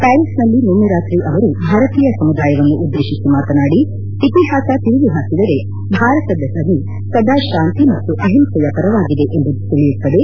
ಪ್ನಾರೀಸ್ನಲ್ಲಿ ನಿನ್ನೆ ರಾತ್ರಿ ಅವರು ಭಾರತೀಯ ಸಮುದಾಯ ಉದ್ಗೇತಿಸಿ ಮಾತನಾಡಿ ಇತಿಹಾಸ ತಿರುವಿ ಹಾಕಿದರೆ ಭಾರತದ ಧ್ಲನಿ ಸದಾ ಶಾಂತಿ ಮತ್ತು ಅಹಿಂಸೆಯ ಪರವಾಗಿದೆ ಎಂಬುದು ತಿಳಿಯುತ್ತದೆ